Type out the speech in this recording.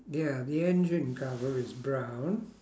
ya the engine cover is brown